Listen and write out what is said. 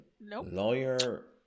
Lawyer